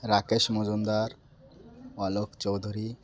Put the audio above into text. Rakesh Majumdar Alok Choudhury